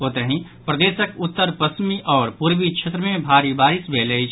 ओतहि प्रदेशक उत्तर पश्चिमी आओर पूर्वी क्षेत्र मे भारी बारिश भेल अछि